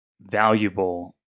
valuable